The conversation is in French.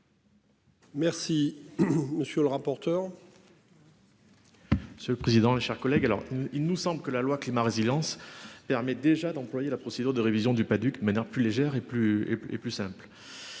Merci. Monsieur le rapporteur. Monsieur le président et chers collègues, alors il nous semble que la loi climat résidence permet déjà d'employer la procédure de révision du Padduc maintenant plus légère et plus et plus